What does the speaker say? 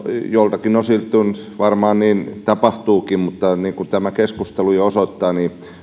joiltakin osilta varmaan niin tapahtuukin mutta niin kuin tämä keskustelu jo osoittaa